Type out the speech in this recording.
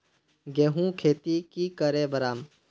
गेंहू खेती की करे बढ़ाम?